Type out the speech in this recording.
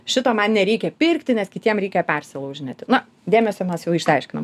šito man nereikia pirkti nes kitiem reikia persilaužinėti na dėmesio mes jau išsiaiškinom